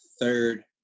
third